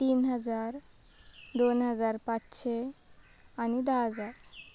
तीन हजार दोन हजार पांचशें आनी धा हजार